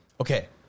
Okay